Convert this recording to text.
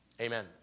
Amen